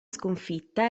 sconfitta